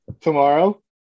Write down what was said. tomorrow